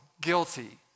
guilty